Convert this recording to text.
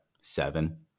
seven